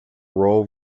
royal